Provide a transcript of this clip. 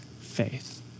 faith